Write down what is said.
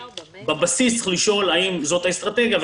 בבסיס צריך לשאול האם זאת האסטרטגיה,